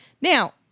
Now